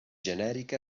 genèrica